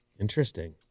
Interesting